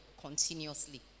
continuously